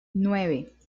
nueve